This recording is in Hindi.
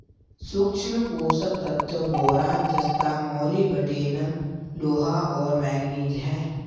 सूक्ष्म पोषक तत्व बोरान जस्ता मोलिब्डेनम लोहा और मैंगनीज हैं